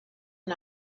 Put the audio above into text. and